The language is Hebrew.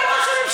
היום.